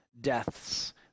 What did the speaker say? deaths